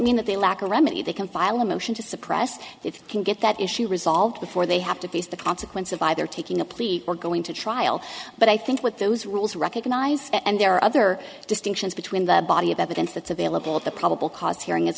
mean that they lack a remedy they can file a motion to suppress if you can get that issue resolved before they have to face the consequence of either taking a plea or going to trial but i think with those rules recognized and there are other distinctions between the body of evidence that's available at the probable cause hearing as